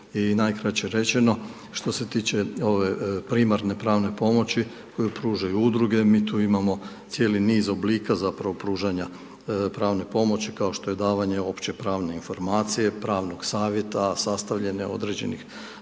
najkraće rečeno, što se tiče ove primarne pravne pomoći koju pružaju udruge, mi tu imamo cijeli niz oblika zapravo pružanja pravne pomoć kao što je davanje opće pravne informacije, pravnog savjeta, sastavljanje određenih